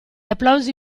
applausi